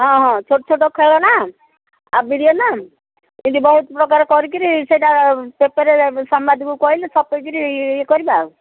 ହଁ ହଁ ଛୋଟ ଛୋଟ ଖେଳଣା ଆଉ ବିରିୟାନୀ ଏମିତି ବହୁତ ପ୍ରକାର କରିକିରି ସେଇଟା ପେପରରେ ସମ୍ବାଦକୁ କହିଲେ ଛପେଇକିରି ଇଏ କରିବା ଆଉ